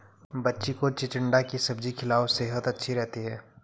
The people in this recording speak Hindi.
बच्ची को चिचिण्डा की सब्जी खिलाओ, सेहद अच्छी रहती है